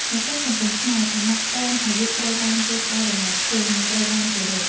នៅក្នុងសង្គមខ្មែរ ឋានៈតាមអាយុត្រូវបានគេផ្ដល់តម្លៃខ្ពស់ និងត្រូវបានគោរពរ។